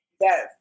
Yes